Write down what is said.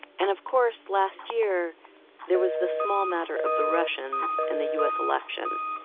and, of course, last year there was the small matter of the russians and the u s. election.